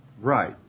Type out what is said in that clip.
Right